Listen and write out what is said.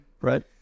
right